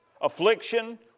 affliction